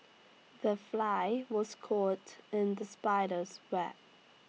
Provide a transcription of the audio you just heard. the fly was caught in the spider's web